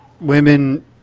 women